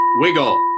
wiggle